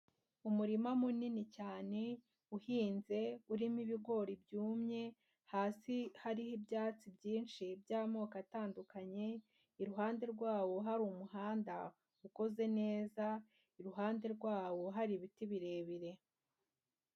Umurima munini cyane, uhinze urimo ibigori byumye, hasi hariho ibyatsi byinshi by'amoko atandukanye, iruhande rwawo hari umuhanda ukoze neza, iruhande rwawo hari ibiti birebire.